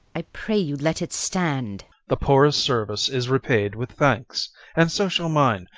i pray you, let it stand. the poorest service is repaid with thanks and so shall mine,